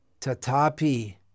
Tatapi